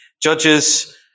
Judges